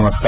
नमस्कार